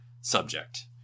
subject